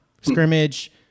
scrimmage